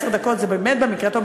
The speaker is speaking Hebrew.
עשר דקות זה באמת במקרה הטוב,